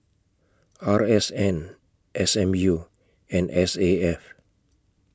R S N S M U and S A F